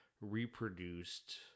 reproduced